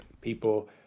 people